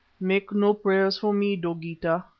make no prayers for me, dogeetah,